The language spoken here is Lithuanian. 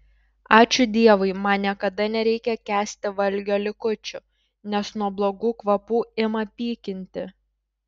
ačiū dievui man niekada nereikia kęsti valgio likučių nes nuo blogų kvapų ima pykinti